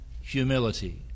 humility